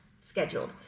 scheduled